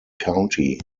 county